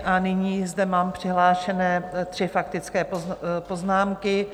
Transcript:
A nyní zde mám přihlášené tři faktické poznámky.